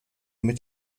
mit